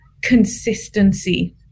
consistency